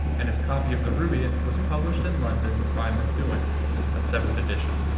and his copy of the rubaiyat was published in london by methuen a seventh edition.